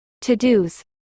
Todos